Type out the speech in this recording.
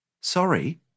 Sorry